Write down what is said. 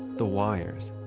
the wires.